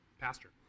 pastor